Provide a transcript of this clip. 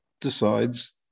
decides